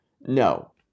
no